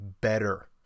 better